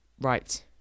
Right